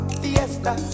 fiesta